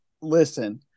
Listen